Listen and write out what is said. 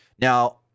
Now